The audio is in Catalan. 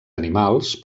animals